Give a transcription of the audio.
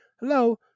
Hello